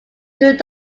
through